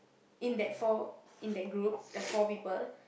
in that four in that group the four people